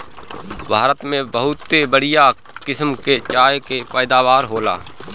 भारत में बहुते बढ़िया किसम के चाय के पैदावार होला